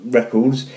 records